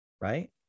right